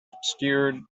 obscured